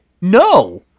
no